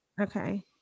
okay